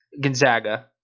Gonzaga